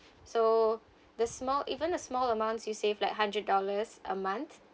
so the small even a small amounts you save like hundred dollars a month